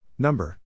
Number